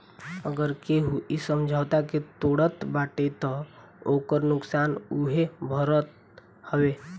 अगर केहू इ समझौता के तोड़त बाटे तअ ओकर नुकसान उहे भरत हवे